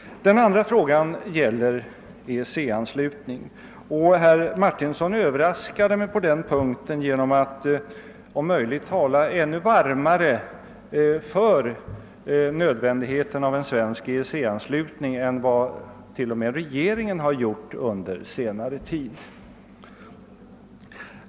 Den andra frågan gäller vår EEC-anslutning. Herr Martinsson överraskade mig på denna punkt genom att om möjligt tala ännu varmare för nödvändigheten av en svensk EEC-anslutning än vad t.o.m. regeringen gjort under senare tid.